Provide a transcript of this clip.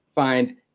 Find